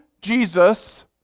Jesus